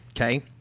okay